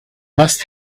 must